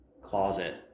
closet